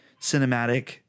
cinematic